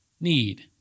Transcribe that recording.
need